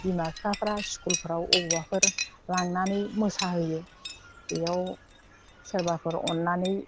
बिमा बिफाफ्रा स्कुलफ्राव अबावबाफोर लांनानै मोसाहोयो बेयाव सोरबाफोर अननानै